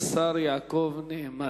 השר יעקב נאמן.